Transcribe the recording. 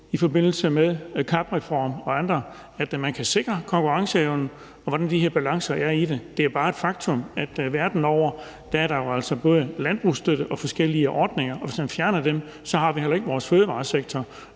i forbindelse med CAP-reformen og andet at kigge på, hvordan man kan sikre konkurrenceevnen, og hvordan de her balancer er i det. Det er bare et faktum, at verden over er der jo altså både landbrugsstøtte og forskellige ordninger, og hvis man fjerner dem, har vi heller ikke vores fødevaresektor,